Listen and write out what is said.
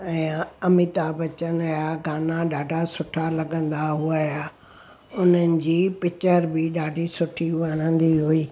ऐं अ अमिताभ बच्चन या गाना ॾाढा सुठा लॻंदा हुया उन्हनि जी पिचर बि ॾाढी सुठी वणंदी हुई